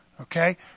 Okay